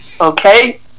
Okay